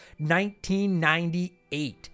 1998